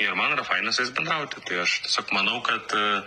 ir man yra faina su jais bendrauti tai aš tiesiog manau kad